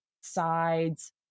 sides